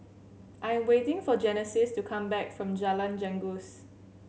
I am waiting for Genesis to come back from Jalan Janggus